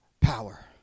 power